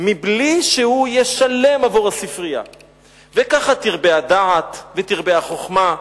בלי לשלם, וכך תרבה הדעת ותרבה החוכמה,